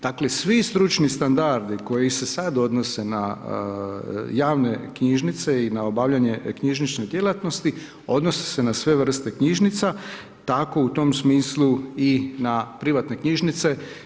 Dakle, svi stručni standardi koji se sada odnose na javne knjižnice i na obavljanje knjižnice djelatnosti, odnose se na sve vrste knjižnica, tako i u tom smislu i na privatne knjižnice.